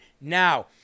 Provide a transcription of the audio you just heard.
now